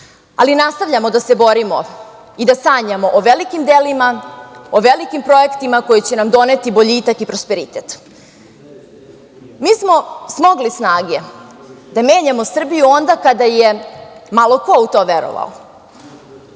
ali nastavljamo da se borimo i da sanjamo o velikim delima, o velikim projektima koji će nam doneti boljitak i prosperitet. Mi smo smogli snage da menjamo Srbiju onda kada je malo ko u to verovao,